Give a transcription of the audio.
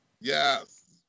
Yes